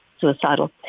suicidal